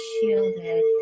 shielded